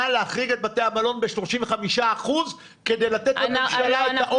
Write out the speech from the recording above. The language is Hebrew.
להחריג את בתי המלון ב-35% כדי לתת לממשלה את האופציה --- לא,